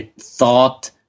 thought